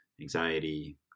anxiety